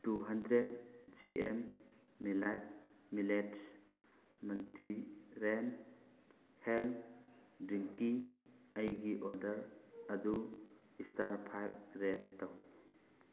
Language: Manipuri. ꯇꯨ ꯍꯟꯗ꯭ꯔꯦꯗ ꯖꯤ ꯑꯦꯝ ꯃꯦꯂꯥꯏꯠ ꯃꯤꯜꯂꯦꯠ ꯃꯜꯇꯤꯒ꯭ꯔꯦꯟ ꯍꯦꯜꯊ ꯗ꯭ꯔꯤꯡꯀꯤ ꯑꯩꯒꯤ ꯑꯣꯗꯔ ꯑꯗꯨ ꯏꯁꯇꯥꯔ ꯐꯥꯏꯕ ꯔꯦꯠ ꯇꯧ